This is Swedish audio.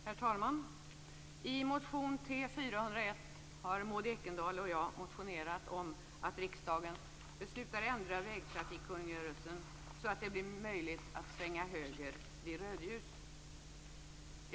Herr talman! I motion T401 har Maud Ekendahl och jag motionerat om att riksdagen beslutar ändra vägtrafikkungörelsen så att det blir möjligt att svänga höger vid rödljus.